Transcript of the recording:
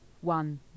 one